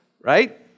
right